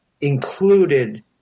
included